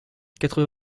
quatre